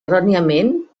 erròniament